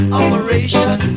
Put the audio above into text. operation